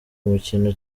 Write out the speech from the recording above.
mukino